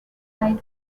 side